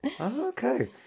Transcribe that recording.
Okay